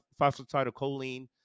phosphatidylcholine